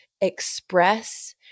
express